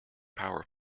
power